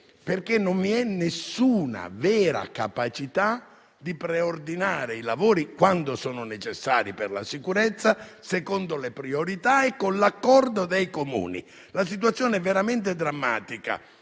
perché non vi è nessuna vera capacità di preordinare i lavori, quando necessari per la sicurezza, secondo le priorità e con l'accordo dei Comuni. La situazione è veramente drammatica